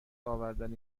ورود